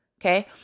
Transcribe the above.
Okay